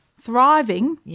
thriving